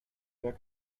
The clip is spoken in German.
wer